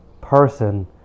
person